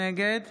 נגד